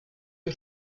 que